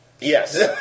Yes